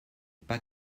pas